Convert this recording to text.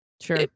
Sure